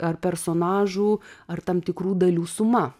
ar personažų ar tam tikrų dalių suma